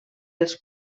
els